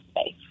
space